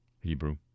Hebrew